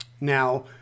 Now